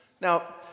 Now